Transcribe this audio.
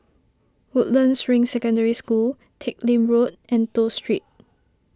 Woodlands Ring Secondary School Teck Lim Road and Toh Street